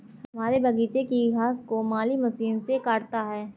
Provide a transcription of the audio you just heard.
हमारे बगीचे की घास को माली मशीन से काटता है